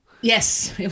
Yes